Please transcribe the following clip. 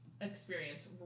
experience